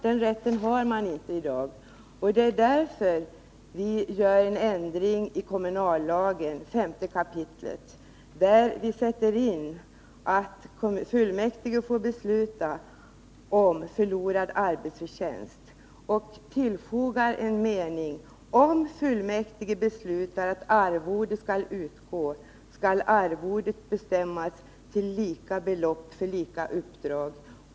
Den rätten har inte kommunerna i dag, och det är därför vi vill göra en ändring av femte kapitlet i kommunallagen. Vi vill lägga till att fullmäktige får besluta om ersättning för förlorad arbetsförtjänst och vill tillfoga en mening: Om fullmäktige beslutar att arvode skall utgå, skall arvodet bestämmas till lika belopp för lika uppdrag.